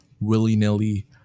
willy-nilly